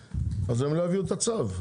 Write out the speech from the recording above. אז הם לא יביאו את הצו.